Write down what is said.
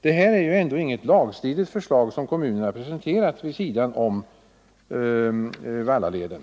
Det är ju ändå inte något lagstridigt förslag som kommunen har presenterat vid sidan om förslaget om Vallaleden.